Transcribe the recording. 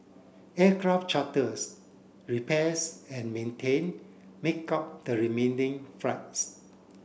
aircraft charters repairs and maintain make up the remaining flights